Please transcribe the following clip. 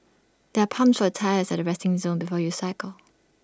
there are pumps for your tyres at resting zone before you cycle